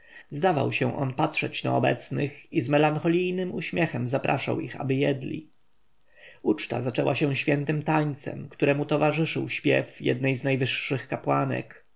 zdawał się on patrzeć na obecnych i z melancholijnym uśmiechem zapraszać ich aby jedli uczta zaczęła się świętym tańcem któremu towarzyszył śpiew jednej z najwyższych kapłanek